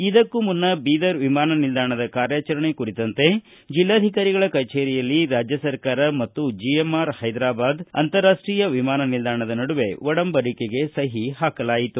ಇದಕ್ಕೂ ಮುನ್ನ ಬೀದರ್ ವಿಮಾನ ನಿಲ್ದಾಣದ ಕಾರ್ಯಾಚರಣೆ ಕುರಿತಂತೆ ಜಿಲ್ಲಾಧಿಕಾರಿಗಳ ಕಚೇರಿಯಲ್ಲಿ ರಾಜ್ಯ ಸರ್ಕಾರ ಮತ್ತು ಜಿಎಂಆರ್ ಹೈದ್ರೂಬಾದ್ ಅಂತಾರಾಷ್ಟೀಯ ವಿಮಾನ ನಿಲ್ದಾಣದ ನಡುವೆ ಒಡಂಬಡಿಕೆಗೆ ಸಹಿ ಪಾಕಲಾಯಿತು